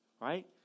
right